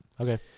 okay